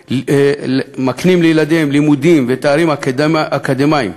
ומקנים לילדיהם לימודים ותארים אקדמיים,